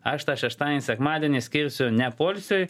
aš tą šeštadienį sekmadienį skirsiu ne poilsiui